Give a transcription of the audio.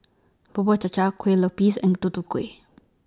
Bubur Cha Cha Kue Lupis and Tutu Kueh